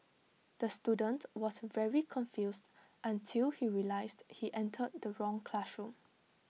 the student was very confused until he realised he entered the wrong classroom